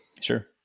Sure